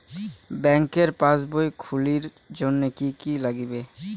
ব্যাঙ্কের পাসবই খুলির জন্যে কি কি নাগিবে?